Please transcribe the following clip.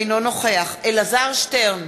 אינו נוכח אלעזר שטרן,